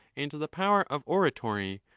and the power of oratory,